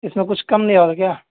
اس میں کچھ کم نہیں ہوگا کیا